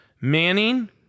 Manning